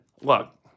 Look